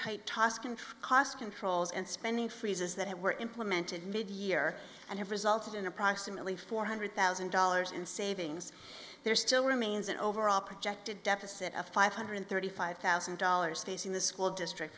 tight toscan cost controls and spending freezes that were implemented mid year and have resulted in approximately four hundred thousand dollars in savings there still remains an overall projected deficit of five hundred thirty five thousand dollars facing the school district